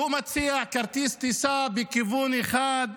הוא מציע כרטיס טיסה בכיוון אחד לעזה.